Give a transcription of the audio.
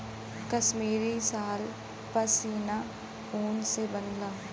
कसमीरी साल पसमिना ऊन से बनला